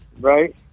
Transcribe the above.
Right